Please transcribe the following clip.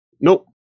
Nope